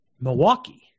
Milwaukee